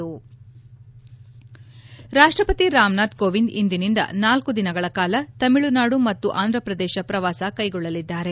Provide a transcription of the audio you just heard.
ಸುಂಂಂ ರಾಪ್ಟಪತಿ ರಾಮನಾಥ್ ಕೋವಿಂದ್ ಇಂದಿನಿಂದ ನಾಲ್ಕ ದಿನಗಳ ಕಾಲ ತಮಿಳುನಾಡು ಮತ್ತು ಆಂಧಪ್ರದೇಶ ಪ್ರವಾಸ ಕೈಗೊಳ್ಳಲಿದ್ದಾರೆ